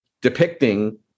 depicting